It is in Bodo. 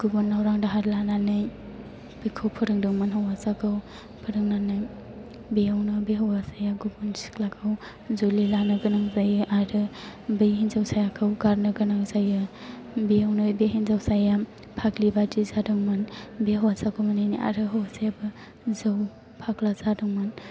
गुबुननाव रां दाहार लानानै बिखौ फोरोंदोंमोन हौवासाखौ बेयावनो बे हौवासाया गुबुन सिख्लाखौ जुलि लानो गोनां जायो आरो बै हिनजावसाखौ गारनो गोनां जायो बेयावनो बै हिनजावसाया फाग्लिबादि जादोंमोन बे हौवासाखौ मोनैनि आरो हौवासायाबो जौ फाग्ला जादोंमोन